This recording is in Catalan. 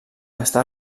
està